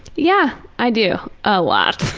yeah, i do. a lot.